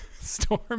storm